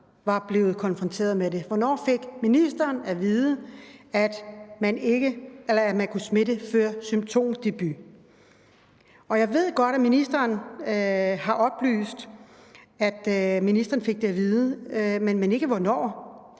var blevet konfronteret med det. Hvornår fik ministeren at vide, at man kunne smitte før symptomdebut? Jeg ved godt, at ministeren har oplyst, at ministeren fik det at vide, men ikke hvornår.